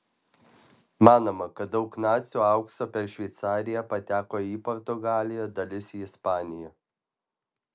manoma kad daug nacių aukso per šveicariją pateko į portugaliją dalis į ispaniją